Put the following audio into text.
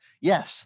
Yes